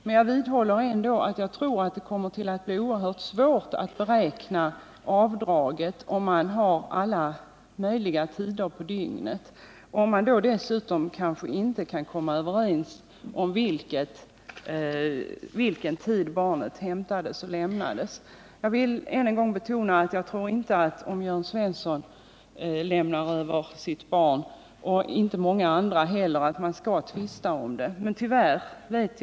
Men jag vidhåller ändå uppfattningen att det kommer att bli oerhört svårt att beräkna avdraget om man har att utgå från alla möjliga tider på dygnet och om man dessutom inte kan komma överens om vid vilken tidpunkt barnet hämtats och lämnats. Jag vill än en gång betona att jag inte tror att Jörn Svensson kommer att tvista om det när han lämnar över sitt barn och inte många andra heller.